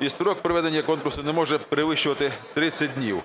І строк проведення конкурсу не може перевищувати 30 днів.